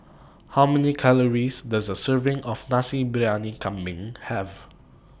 How Many Calories Does A Serving of Nasi Briyani Kambing Have